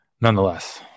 nonetheless